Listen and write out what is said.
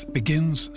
begins